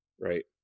right